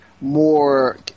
more